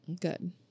Good